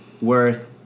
worth